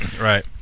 Right